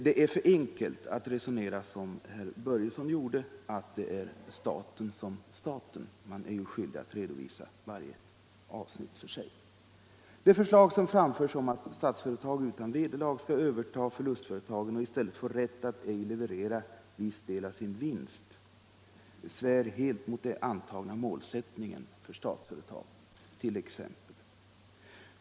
Det är för enkelt att resonera som herr Börjesson ujorde — staten som staten — eftersom man ju är skyldig att redovisa varje avsnitt för sig. Det förslag som framförs om att Statsföretag utan vederlag skall överta förlustföretagen och i stället få rätt att ej leverera viss del av sin vinst svär helt mot den antagna målsättningen för Statsföretag.